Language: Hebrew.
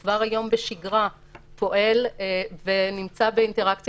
הוא כבר היום בשגרה פועל ונמצא באינטראקציה